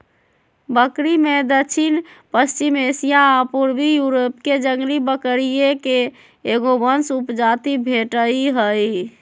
बकरिमें दक्षिणपश्चिमी एशिया आ पूर्वी यूरोपके जंगली बकरिये के एगो वंश उपजाति भेटइ हइ